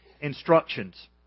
instructions